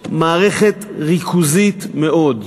מערכת ריכוזית מאוד,